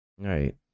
right